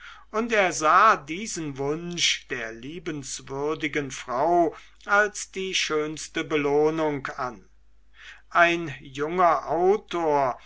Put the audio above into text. und er sah diesen wunsch der liebenswürdigen frau als die schönste belohnung an ein junger autor